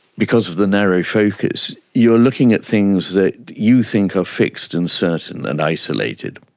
because of the narrow focus, you're looking at things that you think are fixed and certain and isolated.